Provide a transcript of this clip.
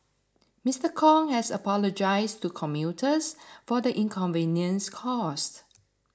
Mister Kong has apologised to commuters for the inconvenience caused